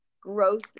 growth